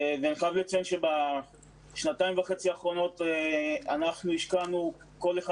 אני חייב לציין שבשנתיים וחצי האחרונות השקענו כל אחד